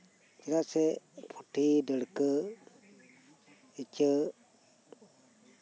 ᱪᱮᱫᱟᱜ ᱥᱮ ᱯᱩᱴᱷᱤ ᱰᱟᱹᱲᱠᱟᱹ ᱤᱧᱟᱹᱜ